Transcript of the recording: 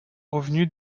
revenus